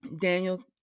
Daniel